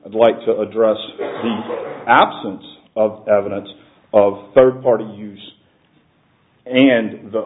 i'd like to address absence of evidence of third parties use and the